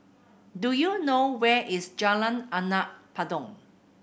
do you know where is Jalan Anak Patong